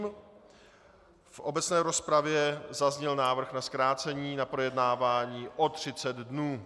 V obecné rozpravě zazněl návrh na zkrácení na projednávání o 30 dnů.